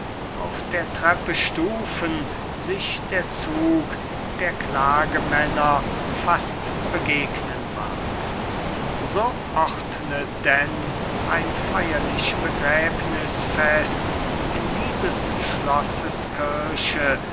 auf der treppe stufen sich der zug der klagemänner fast begegnen mag so ordnet denn ein feierlich begräbnißfest in dieses schlosses kirche